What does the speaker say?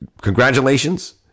Congratulations